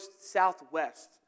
southwest